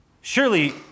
Surely